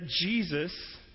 Jesus